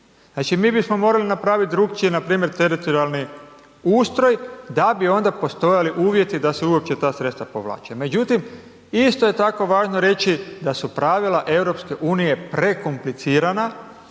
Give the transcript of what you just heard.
Znači, mi bismo morali napraviti drukčije npr. teritorijalni ustroj da bi onda postojali uvjeti da se uopće ta sredstava povlače. Međutim, isto je tako važno reći da su pravila EU prekomplicirana